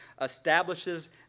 establishes